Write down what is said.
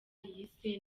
yise